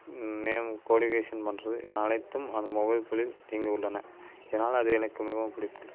name coordination பண்ணுறது அனைத்தும் அதன் மொபைல் ஃபோனில் அடங்கியுள்ளன இதனால் அது எனக்கு மிகவும் பிடித்துள்ளது